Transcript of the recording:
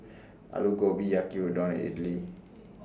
Alu Gobi Yaki Udon and Idili